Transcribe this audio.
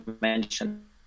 mention